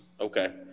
Okay